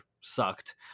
sucked